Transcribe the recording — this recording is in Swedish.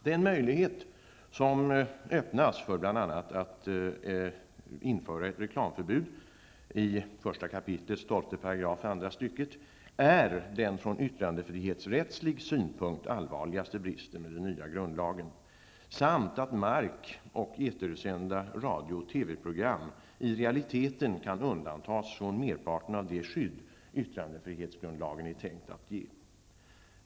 Den möjlighet som öppnas för att bl.a. införa ett reklamförbud i 1 kap. 12 § andra stycket är den från yttrandefrihetsrättslig synpunkt allvarligaste bristen med den nya grundlagen, samt att markoch etersända radio och TV-program i realiteten kan undantas från merparten av det skydd yttrandefrihetsgrundlagen är tänkt att ge.